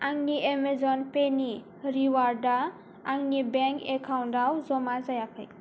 आंनि एमाजन पेनि रिवार्डा आंनि बेंक एकाउन्टआव जमा जायाखै